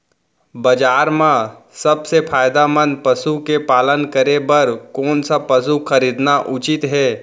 बजार म सबसे फायदामंद पसु के पालन करे बर कोन स पसु खरीदना उचित हे?